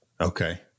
Okay